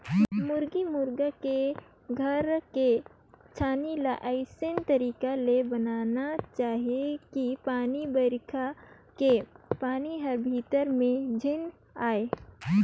मुरगा मुरगी के घर के छानही ल अइसन तरीका ले बनाना चाही कि पानी बइरखा के पानी हर भीतरी में झेन आये